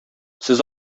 сез